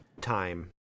time